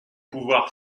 pouvoir